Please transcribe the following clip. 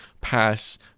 pass